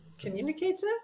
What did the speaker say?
Communicator